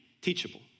teachable